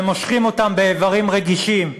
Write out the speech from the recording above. ומושכים אותם באיברים רגישים,